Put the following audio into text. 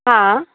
हा